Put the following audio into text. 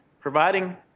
providing